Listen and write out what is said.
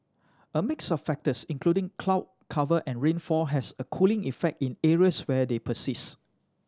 a mix of factors including cloud cover and rainfall has a cooling effect in areas where they persist